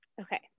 Okay